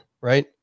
right